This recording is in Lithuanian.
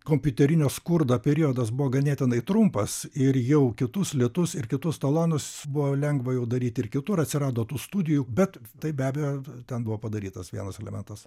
kompiuterinio skurdo periodas buvo ganėtinai trumpas ir jau kitus litus ir kitus talonus buvo lengva jau daryti ir kitur atsirado tų studijų bet tai be abejo ten buvo padarytas vienas elementas